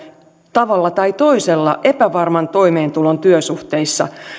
tavalla tai toisella epävarman toimeentulon työsuhteissa